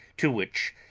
to which,